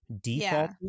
Default